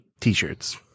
t-shirts